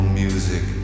music